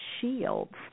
shields